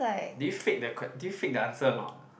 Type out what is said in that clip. did you fake the que~ did you fake the answer or not